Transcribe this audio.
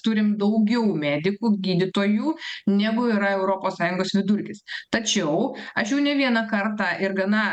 turim daugiau medikų gydytojų negu yra europos sąjungos vidurkis tačiau aš jau ne vieną kartą ir gana